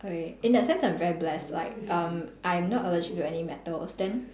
okay in that sense I'm very blessed like um I'm not allergic to any metals then